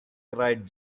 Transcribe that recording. cried